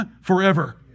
forever